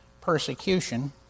persecution